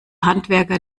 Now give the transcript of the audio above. handwerker